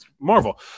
Marvel